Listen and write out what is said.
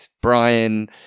brian